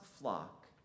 flock